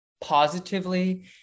positively